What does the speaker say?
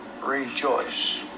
Rejoice